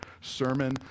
sermon